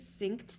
synced